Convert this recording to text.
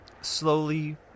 slowly